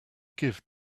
give